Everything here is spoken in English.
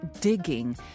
digging